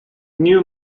new